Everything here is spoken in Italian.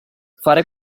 fare